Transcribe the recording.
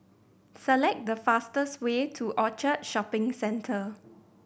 select the fastest way to Orchard Shopping Centre